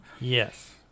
Yes